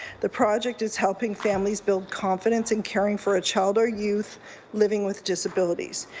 the project is helping families build confidence in caring for a child or youth living with disabilities.